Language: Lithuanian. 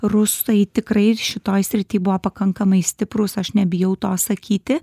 rusai tikrai ir šitoj srity buvo pakankamai stiprūs aš nebijau to sakyti